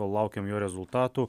kol laukiam jo rezultatų